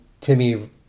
Timmy